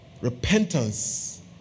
Repentance